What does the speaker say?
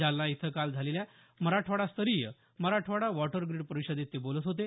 जालना इथं काल झालेल्या मराठवाडास्तरीय मराठवाडा वॉटरग्रीड परिषदेत ते बोलत होते